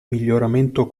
miglioramento